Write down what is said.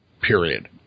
period